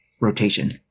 rotation